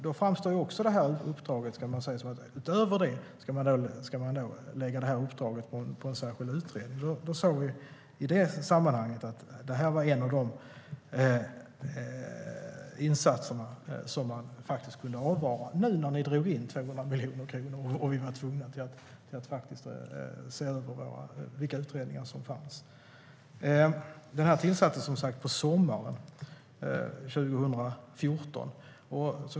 Då ska man utöver det lägga det här uppdraget på en särskild utredning. Vi såg i det sammanhanget att det var en av de insatser som man kunde avvara när ni nu drog in 200 miljoner kronor och vi var tvungna att se över vilka utredningar som fanns. Utredningen tillsattes på sommaren 2014.